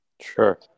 Sure